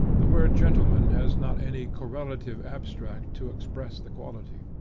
the word gentleman has not any correlative abstract to express the quality.